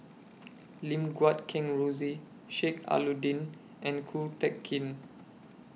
Lim Guat Kheng Rosie Sheik Alau'ddin and Ko Teck Kin